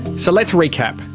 so let's recap.